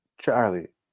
Charlie